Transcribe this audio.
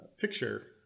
picture